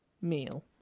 meal